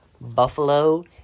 Buffalo